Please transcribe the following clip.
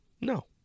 No